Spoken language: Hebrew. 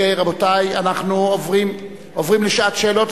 רבותי, אנחנו עוברים לשעת שאלות.